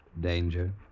Danger